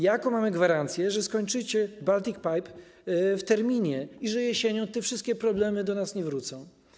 Jaką mamy gwarancję, że ukończycie Baltic Pipe w terminie i że jesienią te wszystkie problemy do nas nie powrócą?